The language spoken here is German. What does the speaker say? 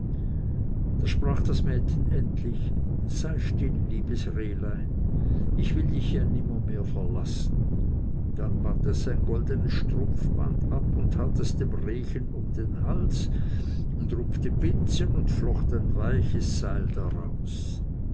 da sprach das mädchen endlich sei still liebes rehchen ich will dich ja nimmermehr verlassen dann band es sein goldenes strumpfband ab und tat es dem rehchen um den hals und rupfte binsen und flocht ein weiches seil daraus